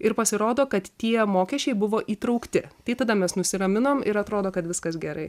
ir pasirodo kad tie mokesčiai buvo įtraukti tai tada mes nusiraminom ir atrodo kad viskas gerai